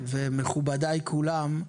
ומכובדי כולם.